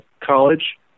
college